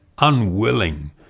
unwilling